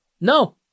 No